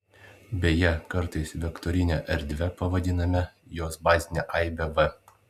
beje kartais vektorine erdve pavadiname jos bazinę aibę v